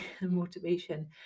motivation